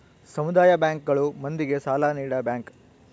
ಸಮುದಾಯ ಬ್ಯಾಂಕ್ ಗಳು ಮಂದಿಗೆ ಸಾಲ ನೀಡ ಬ್ಯಾಂಕ್